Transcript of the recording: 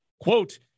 quote